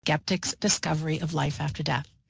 skeptic's discovery of life after death.